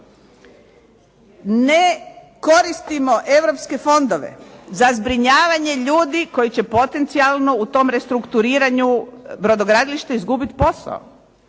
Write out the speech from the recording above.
Ne koristimo europske fondove za zbrinjavanje ljudi koji će potencijalno u tom restrukturiranju brodogradilišta izgubiti posao.